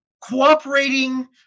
cooperating